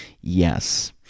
Yes